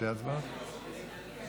ההצעה להעביר את